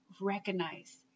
recognize